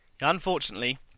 Unfortunately